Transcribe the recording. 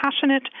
passionate